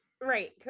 right